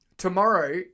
Tomorrow